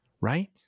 Right